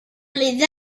les